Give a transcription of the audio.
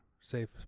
safe